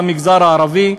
למגזר הערבי,